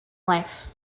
life